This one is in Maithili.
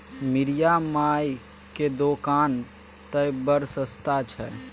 मिरिया मायक दोकान तए बड़ सस्ता छै